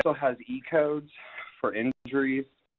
so has e codes for injuries.